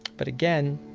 but again,